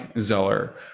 Zeller